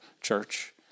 church